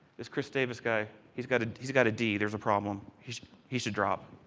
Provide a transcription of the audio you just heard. this chris davis guy, he has got ah has got a d, there is a problem, he should he should drop.